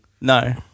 No